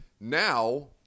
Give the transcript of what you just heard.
now